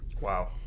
Wow